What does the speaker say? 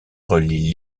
relie